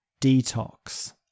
detox